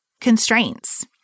constraints